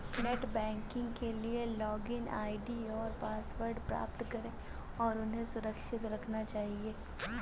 net banking के लिए login ID और पासवर्ड प्राप्त करें और उन्हें सुरक्षित रखना चहिये